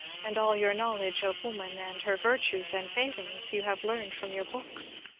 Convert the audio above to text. and all your knowledge of woman, and her virtues and failings, you have learned from your books,